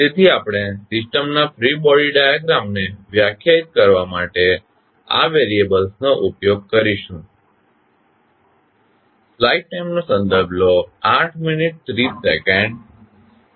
તેથી આપણે સિસ્ટમના ફ્રી બોડી ડાયાગ્રામને વ્યાખ્યાયિત કરવા માટે આ વેરીએબલ્સ નો ઉપયોગ કરીશું